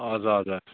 हजुर हजुर